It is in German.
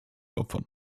opfern